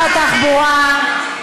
תפסיקי עם הקריאות לסדר.